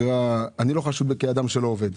אני לא חשוד כאדם שלא עובד,